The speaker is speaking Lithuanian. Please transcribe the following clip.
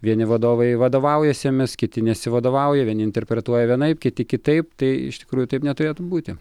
vieni vadovai vadovaujasi jomis kiti nesivadovauja vieni interpretuoja vienaip kiti kitaip tai iš tikrųjų taip neturėtų būti